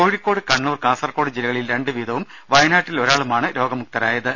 കോഴിക്കോട് കണ്ണൂർ കാസർകോട് ജില്ലകളിൽ രണ്ട് വീതവും വയനാട്ടിൽ ഒരാളുമാണ് രോഗമുക്തരായത്